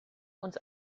uns